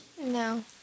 No